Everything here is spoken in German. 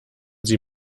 sie